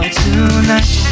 tonight